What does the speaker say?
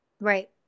Right